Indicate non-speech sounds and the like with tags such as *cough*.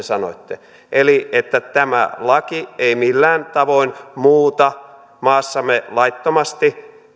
*unintelligible* sanoitte eli että tämä laki ei millään tavoin muuta maassamme laittomasti